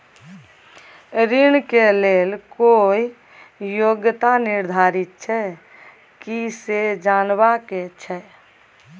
ऋण के लेल कोई योग्यता निर्धारित छै की से जनबा के छै?